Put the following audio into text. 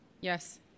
Yes